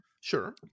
Sure